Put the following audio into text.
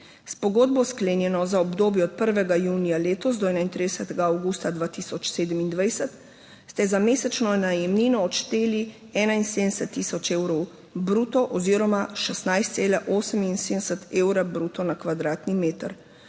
S pogodbo, sklenjeno za obdobje od 1. junija letos do 31. avgusta 2027, ste za mesečno najemnino odšteli 71 tisoč evrov bruto oziroma 16,78 evra bruto na kvadratni meter.